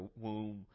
womb